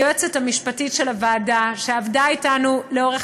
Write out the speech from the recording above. היועצת המשפטית של הוועדה שעבדה אתנו לאורך